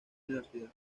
universidad